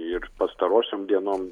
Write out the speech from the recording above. ir pastarosiom dienom